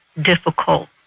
difficult